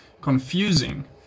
confusing